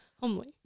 homely